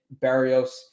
Barrios